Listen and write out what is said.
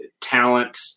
talent